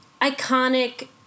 iconic